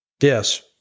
Yes